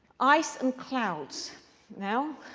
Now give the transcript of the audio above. ice and clouds now.